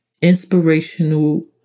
inspirational